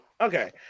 Okay